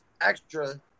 extra